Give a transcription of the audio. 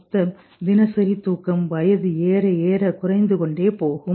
மொத்த தினசரி தூக்கம் வயது ஏற ஏற குறைந்து கொண்டே போகும்